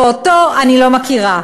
ואותו אני לא מכירה.